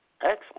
Excellent